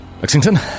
Lexington